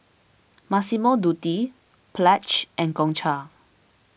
Massimo Dutti Pledge and Gongcha